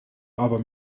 aber